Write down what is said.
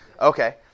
Okay